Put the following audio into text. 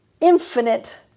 infinite